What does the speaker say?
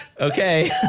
Okay